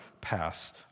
pass